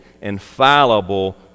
infallible